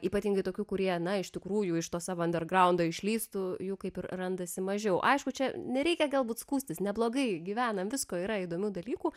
ypatingai tokių kurie na iš tikrųjų iš to savo andergraundo išlįstų jų kaip ir randasi mažiau aišku čia nereikia galbūt skųstis neblogai gyvenam visko yra įdomių dalykų